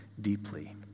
deeply